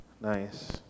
Nice